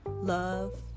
love